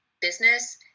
business